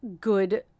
good